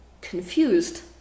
confused